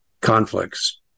conflicts